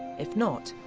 if not,